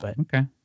Okay